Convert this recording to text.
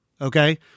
okay